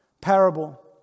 parable